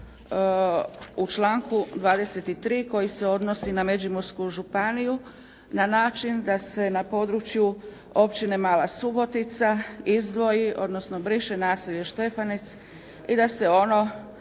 u članku 23. koji se odnosi na Međimursku županiju na način da se na području Općine Mala Subotica izdvoji, odnosno briše naselje Štefanec i da se ono